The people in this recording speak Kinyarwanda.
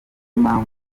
mpamvu